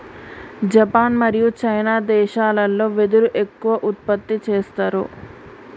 Japan మరియు China దేశాలల్లో వెదురు ఎక్కువ ఉత్పత్తి చేస్తారు